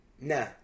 Nah